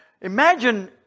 Imagine